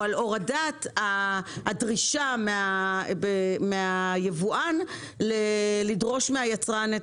או על הורדת הדרישה מהיבואן לדרוש מהיצרן,